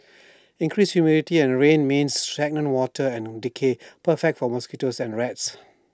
increased humidity and rain means stagnant water and decay perfect for mosquitoes and rats